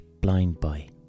blindbuy